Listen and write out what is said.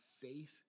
faith